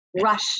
rush